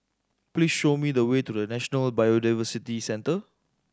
please show me the way to The National Biodiversity Centre